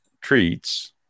treats